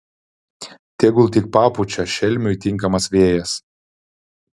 tegul tik papučia šelmiui tinkamas vėjas